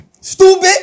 stupid